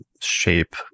shape